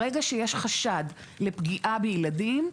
ברגע שיש חשד לפגיעה בילדים,